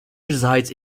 resides